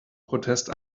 protest